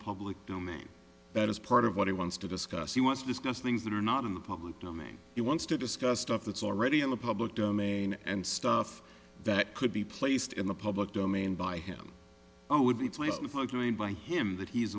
public domain that is part of what he wants to discuss he wants to discuss things that are not in the public domain he wants to discuss stuff that's already in the public domain and stuff that could be placed in the public domain by him i would be placed with arguing by him that he